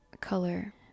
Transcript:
color